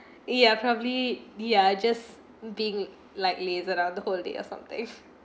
ya probably yeah just being like lazy out the whole day or something